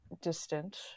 distant